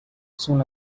soon